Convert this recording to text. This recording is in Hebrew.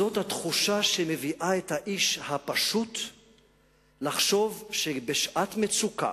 זאת התחושה שמביאה את האיש הפשוט לחשוב שבשעת מצוקה,